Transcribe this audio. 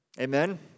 Amen